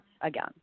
again